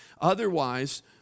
Otherwise